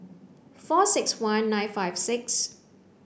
four six one nine five six